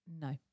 No